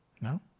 No